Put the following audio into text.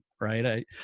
right